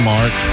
Mark